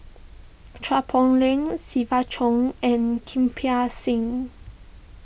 Chua Poh Leng Siva Choy and Kirpal Singh